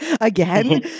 again